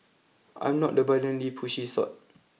I'm not the violently pushy sort